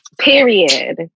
Period